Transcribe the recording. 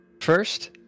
First